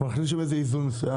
אני חושב שיש בזה איזה איזון מסוים.